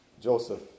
Joseph